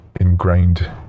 ingrained